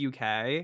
UK